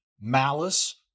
malice